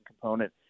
component